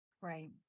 Right